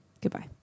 Goodbye